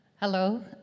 Hello